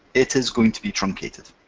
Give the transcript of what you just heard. it is going to be truncated.